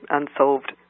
unsolved